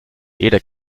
jeder